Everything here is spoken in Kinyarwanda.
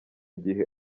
gihe